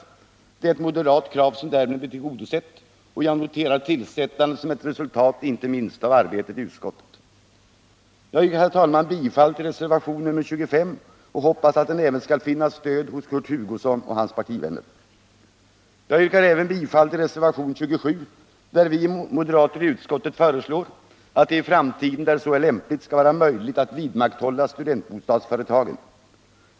Det är ett moderat krav som därmed blir tillgodosett, och jag noterar tillsättandet som ett resultat av inte minst vårt arbete i utskottet. Jag yrkar, herr talman, bifall till reservationen 25 och hoppas att den skall finna stöd även hos Kurt Hugosson och hans partivänner. Jag yrkar även bifall till reservationen 27, där vi moderater i utskottet föreslår att det i framtiden, där så är lämpligt, skall vara möjligt att vidmakthålla studentbostadsföretagen.